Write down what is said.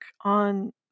on